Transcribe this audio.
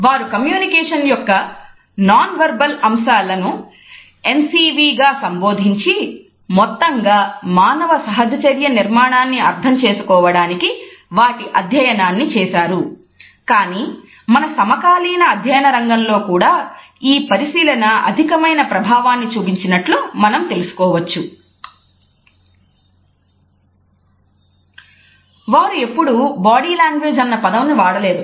వారు ఎప్పుడూ body language అన్న పదమును వాడలేదు